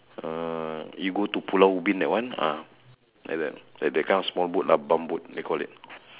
uh you go to pulau-ubin that one ah like that like that kind of small boat lah bump boat they call it